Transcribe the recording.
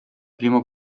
primo